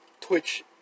Twitch